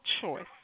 choice